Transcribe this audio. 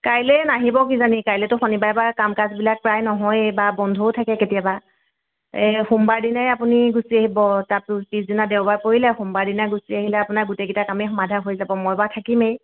কাইলৈ নাহিব কিজানি কাইলৈতো শনিবাৰে বা কাম কাজবিলাক প্ৰায় নহয়েই বা বন্ধও থাকে কেতিয়াবা এই সোমবাৰৰ দিনাই আপুনি গুচি আহিব তাতো পিছদিনা দেওবাৰ পৰিলে সোমবাৰৰ দিনা গুচি আহিলে আপোনাৰ গোটেইকেইটা কামেই সমাধা হৈ যাব মই বাৰু থাকিমেই